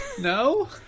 No